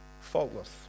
faultless